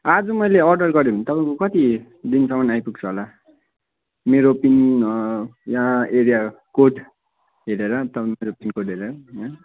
आज मैले अडर गरेँ भने तपाईँको कति दिनसम्म आइपुग्छ होला मेरो पिन यहाँ एरिया कोड हेरेर तपाईँ मेरो पिन कोड हेरेर